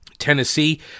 Tennessee